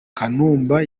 kanumba